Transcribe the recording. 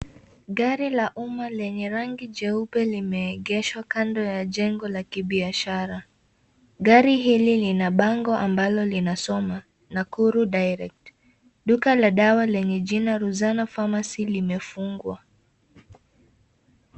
Gari la umma lenye rangi jeupe limeegeshwa kando ya jengo la kibiashara. Gari hili lina bango ambalo linasoma, Nakuru Direct. Duka la dawa lenye jina Ruzana Pharmacy limefungwa.